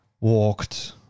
walked